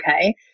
okay